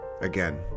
Again